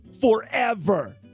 forever